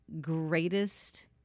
greatest